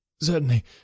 Certainly